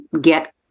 get